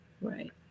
Right